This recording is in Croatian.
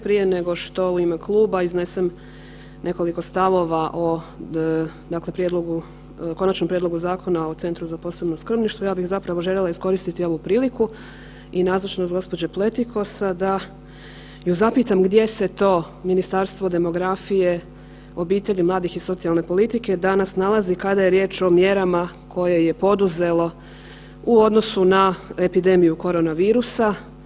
Prije nego što u ime kluba iznesem nekoliko stavova o, dakle Konačnom prijedlogu Zakona o Centru za posebno skrbništvo, ja bih zapravo željela iskoristiti ovu priliku i nazočnost gđe. Pletikose da ju zapitam gdje se to Ministarstvo demografije, obitelji i mladih i socijalne politike danas nalazi kada je riječ o mjerama koje je poduzelo u odnosu na epidemiju koronavirusa?